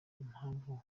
impamvu